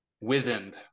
wizened